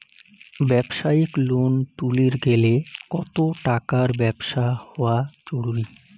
ব্যবসায়িক লোন তুলির গেলে কতো টাকার ব্যবসা হওয়া জরুরি?